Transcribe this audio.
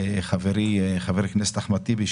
חברי חבר הכנסת אחמד טיבי,